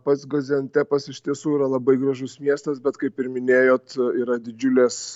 pats gaziantepas iš tiesų yra labai gražus miestas bet kaip ir minėjot yra didžiulės